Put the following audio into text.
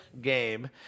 game